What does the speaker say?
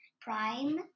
Prime